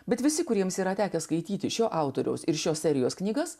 bet visi kuriems yra tekę skaityti šio autoriaus ir šios serijos knygas